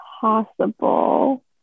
possible